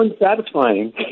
unsatisfying